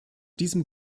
diesem